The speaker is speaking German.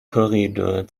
korridor